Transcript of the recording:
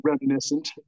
reminiscent